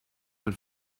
man